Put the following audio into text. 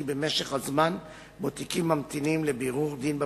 במשך הזמן שבו תיקים ממתינים לבירור דין בפרקליטות,